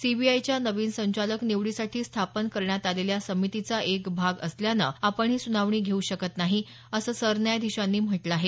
सीबीआयच्या नवीन संचालक निवडीसाठी स्थापन करण्यात आलेल्या समितीचा एक भाग असल्यानं आपण ही सुनावणी घेऊ शकत नाही असं सरन्यायाधीशांनी म्हटलं आहे